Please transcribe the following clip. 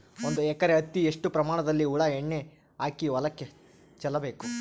ಒಂದು ಎಕರೆ ಹತ್ತಿ ಎಷ್ಟು ಪ್ರಮಾಣದಲ್ಲಿ ಹುಳ ಎಣ್ಣೆ ಹಾಕಿ ಹೊಲಕ್ಕೆ ಚಲಬೇಕು?